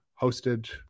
hosted